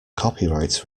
copyright